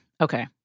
okay